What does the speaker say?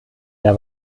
der